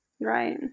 right